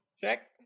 Check